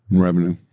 in revenue.